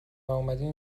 واومدین